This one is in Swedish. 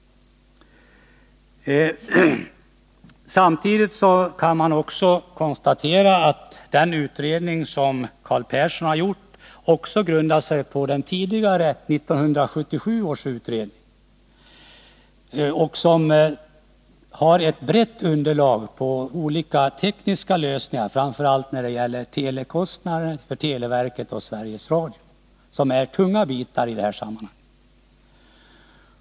Det kan också konstateras att den utredning som Carl Persson har gjort grundar sig på 1977 års utredning, som redovisade många olika tekniska lösningar, framför allt när det gäller telekostnaderna för televerket och Sveriges Radio, som är tunga poster i detta sammanhang.